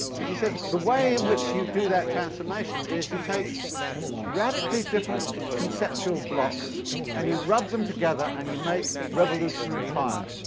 is he says the way in which you do that transformation is you take radically different conceptual blocks and you rub them together, and you make revolutionary fire.